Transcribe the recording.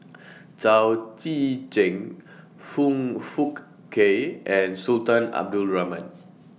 Chao Tzee Cheng Foong Fook Kay and Sultan Abdul Rahman